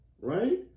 right